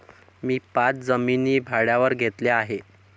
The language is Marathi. मी पाच जमिनी भाड्यावर घेतल्या आहे